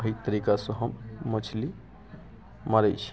अही तरीकासँ हम मछली मारै छी